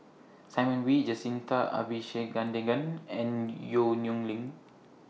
Simon Wee Jacintha Abisheganaden and Yong Nyuk Lin